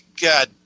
God